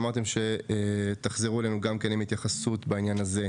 שאמרתם שתחזרו אלינו עם התייחסות גם בעניין הזה.